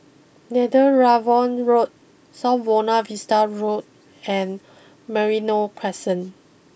Netheravon Road South Buona Vista Road and Merino Crescent